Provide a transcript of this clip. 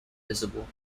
visible